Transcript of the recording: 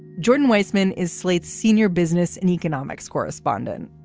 jordan weissmann is slate's senior business and economics correspondent